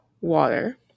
water